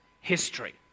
history